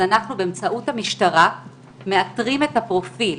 באמצעות המשטרה מאתרים את הפרופיל.